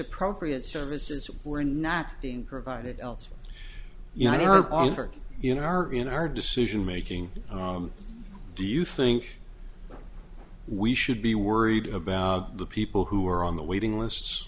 appropriate services were not being provided else you know for you know our in our decision making do you think we should be worried about the people who are on the waiting lists